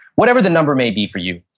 whatever the number may be for you.